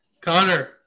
Connor